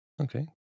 Okay